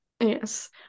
yes